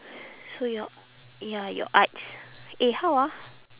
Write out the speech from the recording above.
so your ya your arts eh how ah